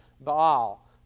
Baal